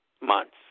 months